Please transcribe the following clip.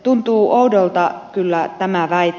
tuntuu oudolta kyllä tämä väite